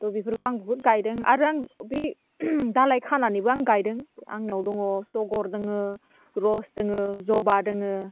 थह बेफोरखौ आं बुहुत गायदों आरो आं बे दालाइ खानानैबो आं गायदों आंनियाव दङ दगर दङ रस दङ जबा दोङो